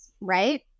right